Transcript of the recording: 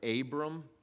Abram